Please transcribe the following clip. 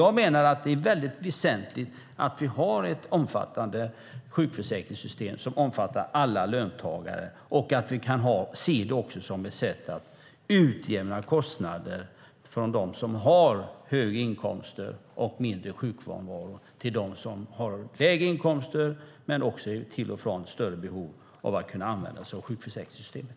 Jag menar att det är väsentligt att vi har ett omfattande sjukförsäkringssystem som omfattar alla löntagare och att vi kan se det som ett sätt att utjämna kostnader från dem som har höga inkomster och mindre sjukfrånvaro till dem som har lägre inkomster och till och från större behov av att använda sig av sjukförsäkringssystemet.